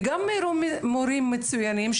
וגם מורים מצוינים,